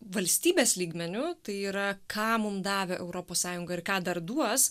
valstybės lygmeniu tai yra ką mum davė europos sąjunga ir ką dar duos